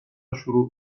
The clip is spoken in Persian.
شروع